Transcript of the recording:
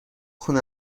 خونه